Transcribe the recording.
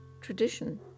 tradition